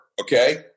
Okay